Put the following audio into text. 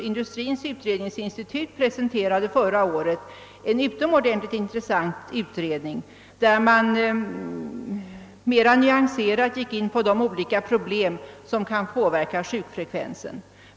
Industrins utredningsinstitut presenterade förra året en utomordentligt intressant utredning där man mera nyanserat gick in på de olika problem som kan påverka sjukfrekvensen.